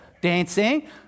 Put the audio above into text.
dancing